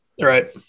Right